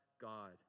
God